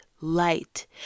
Light